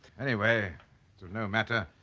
anyway no matter.